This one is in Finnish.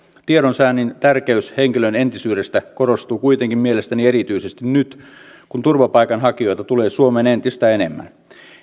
tiedonsaannin tärkeys henkilön entisyydestä korostuu kuitenkin mielestäni erityisesti nyt kun turvapaikanhakijoita tulee suomeen entistä enemmän